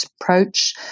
approach